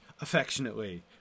affectionately